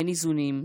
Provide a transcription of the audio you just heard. אין איזונים.